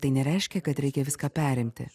tai nereiškia kad reikia viską perimti